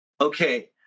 okay